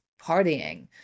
partying